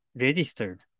registered